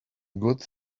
good